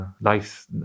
life